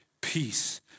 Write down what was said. peace